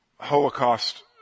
Holocaust